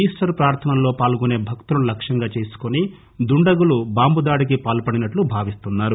Easter ప్రార్థనల్లో పాల్గొసే భక్తులను లక్ష్యంగా చేసుకుని దుండగులు బాంబు దాడికి పాల్పడినట్లు భావిస్తున్నారు